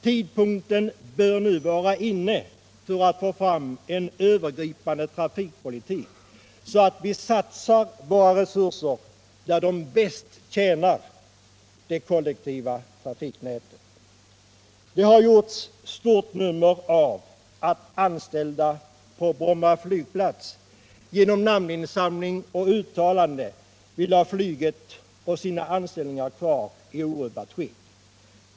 Tidpunkten bör nu vara inne för att få fram en övergripande trafikpolitik så att vi satsar våra resurser där de bäst tjänar det kollektiva trafiknätet. Det har gjorts ett stort nummer av att anställda på Bromma flygplats —- genom namninsamling och uttalande — vill ha flyget och sina anställningar kvar i orubbat skick.